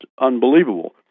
unbelievable